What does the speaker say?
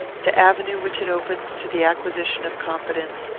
the avenue which it opens to the acquisition of competence,